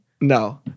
No